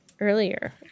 earlier